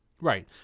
Right